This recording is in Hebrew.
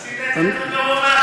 אורי, עשית את זה יותר גרוע מהצעת חוק.